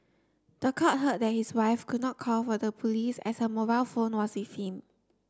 the court heard that his wife could not call for the police as her mobile phone was with him